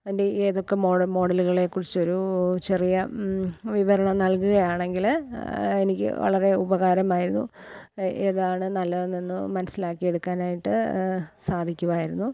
അതിൻ്റെ ഏതൊക്കെ മോഡലുകളെ കുറിച്ചൊരു ചെറിയ വിവരണം നല്കുകയാണെങ്കില് എനിക്ക് വളരെ ഉപകാരമായിരുന്നു ഏതാണ് നല്ലതെന്നൊന്ന് മനസ്സിലാക്കിയെടുക്കാനായിട്ട് സാധിക്കുമായിരുന്നു